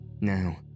Now